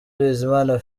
bizimana